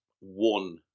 one